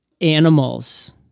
Animals